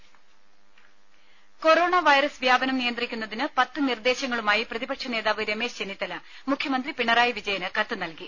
രുമ corona virus വ്യാപനം നിയന്ത്രിക്കുന്നതിന് പത്ത് നിർദ്ദേശങ്ങളുമായി പ്രതിപക്ഷ നേതാവ് രമേശ് ചെന്നിത്തല മുഖ്യമന്ത്രി പിണറായി വിജയന് കത്ത് നൽകി